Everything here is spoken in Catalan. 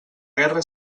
guerra